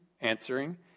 answering